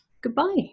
goodbye